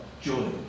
joy